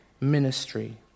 ministry